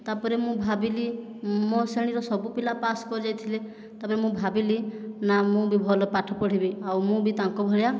ତାପରେ ମୁଁ ଭାବିଲି ମୋ ଶ୍ରେଣୀର ସବୁ ପିଲା ପାସ୍ କରିଯାଇଥିଲେ ତାପରେ ମୁଁ ଭାବିଲି ନା ମୁଁ ବି ଭଲ ପାଠ ପଢ଼ିବି ଆଉ ମୁଁ ବି ତାଙ୍କ ଭଳିଆ